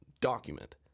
document